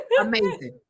amazing